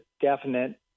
definite